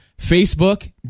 Facebook